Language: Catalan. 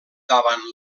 davant